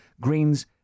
Greens